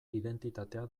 identitatea